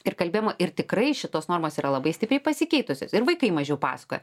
ir kalbėjimo ir tikrai šitos normos yra labai stipriai pasikeitusios ir vaikai mažiau pasakoja